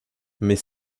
mais